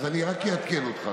רק אעדכן אותך.